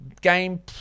game